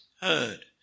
heard